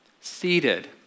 seated